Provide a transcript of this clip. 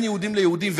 בין יהודים ליהודים.